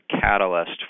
catalyst